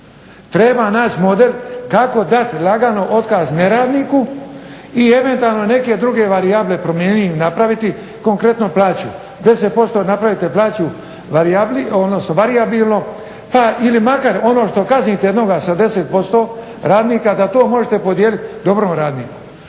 Treba naći model kako dati lagano otkaz neradniku i eventualno neke druge varijable promijeniti ili napraviti, konkretno plaću. 10% napravite plaću varijabli, odnosno varijabilno pa ili makar ono što kaznite jednoga sa 10% radnika da to možete podijeliti dobrom radniku.